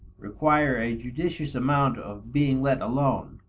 require a judicious amount of being let alone.